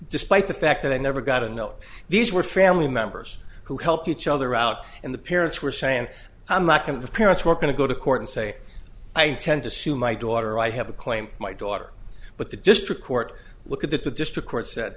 despite the fact that they never got to know these were family members who helped each other out and the parents were saying i'm not going to the parents we're going to go to court and say i intend to sue my daughter i have a claim my daughter but the district court look at that the district court said